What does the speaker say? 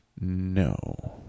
No